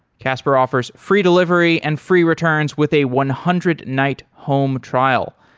casper offers free delivery and free returns with a one hundred night home trial.